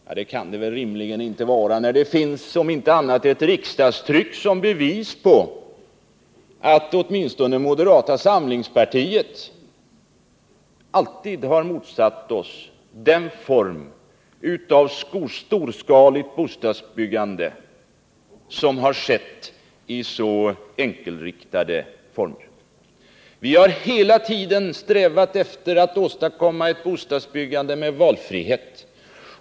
Men det kan det rimligen inte vara, när det finns — om inte annat — ett riksdagstryck som bevis för att åtminstone vi i moderata samlingspartiet alltid har motsatt oss det storskaliga bostadsbyggande som har skett i så enkelriktade och koncentrerade former. Vi moderater har hela tiden strävat efter att åstadkomma ett bostadsbyggande med valfrihet.